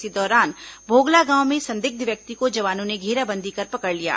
इसी दौरान भोगला गांव में संदिग्ध व्यक्ति को जवानों ने घेराबंदी कर पकड़ लिया